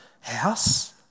house